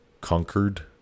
conquered